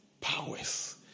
Powers